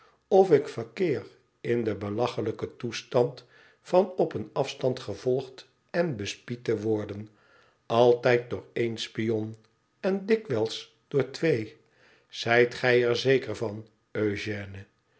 of ik verkeer in den belachelijken toestand van op een afstand gevolgd en bespied te worden altijd door één spion en dikwijls door twee zijt gij er zeker van